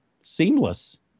seamless